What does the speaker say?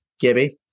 Gibby